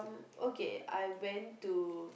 okay I went to